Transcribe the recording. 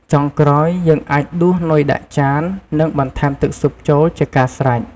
ចុងក្រោយ យើងអាចដួសនុយដាក់ចាន និងបន្ថែមទឹកស៊ុបចូលជាការស្រេច។